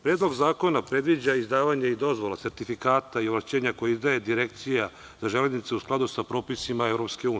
Predlog zakona predviđa izdavanja i dozvola, sertifikata i ovlašćenja koje izdaje Direkcija za železnicu u skladu sa propisima EU.